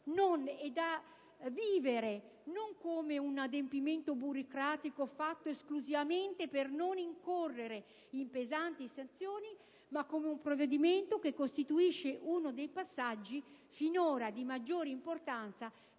e da vivere non come un adempimento burocratico fatto esclusivamente per non incorrere in pesanti sanzioni, ma come un provvedimento che costituisce uno dei passaggi finora di maggiore importanza